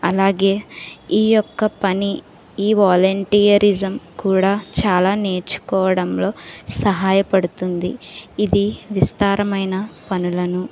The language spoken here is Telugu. అలాగే ఈ యొక్క పని ఈ వాలంటియరిజం కూడా చాలా నేర్చుకోవడంలో సహాయపడుతుంది ఇది విస్తారమైన పనులను